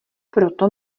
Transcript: proto